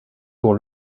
pour